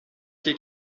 que